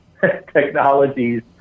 technologies